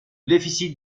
déficit